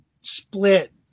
split